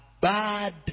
bad